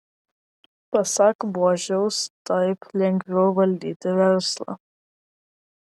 pasak buožiaus taip lengviau valdyti verslą